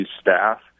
staff